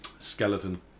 skeleton